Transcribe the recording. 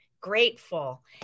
grateful